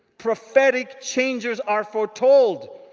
prophetic changes are foretold.